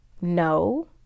No